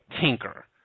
Tinker